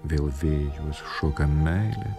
vėl vėjus šoka meilė